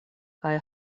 kaj